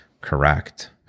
correct